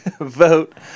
vote